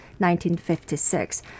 1956